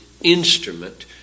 instrument